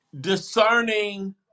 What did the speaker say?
Discerning